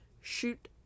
shoot